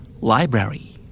Library